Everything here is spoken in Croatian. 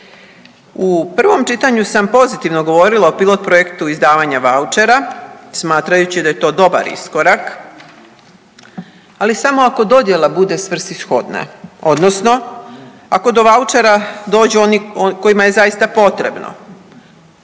U prvom čitanju sam pozitivno govorila o pilot projektu izdavanja vaučera smatrajući da je to dobar iskorak ali samo ako dodjela bude svrsishodna odnosno ako do vaučera dođu oni kojima je zaista potrebno.